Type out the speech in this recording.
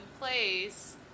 place